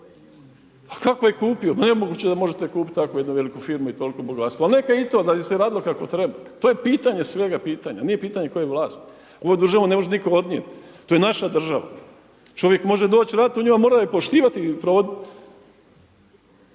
A kako je kupio? Ma nemoguće da možete kupiti takvu jednu veliku firmu i toliko bogatstvo. Ali neka i to da se je radilo kako treba. To je pitanje svega pitanja, nije pitanje koje vlasti. Ovu državu ne može nitko odnijeti, to je naša država. Čovjek može doći raditi u njoj ali mora je poštivati i provoditi.